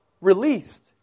released